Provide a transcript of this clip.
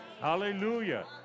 Hallelujah